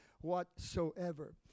whatsoever